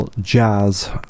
Jazz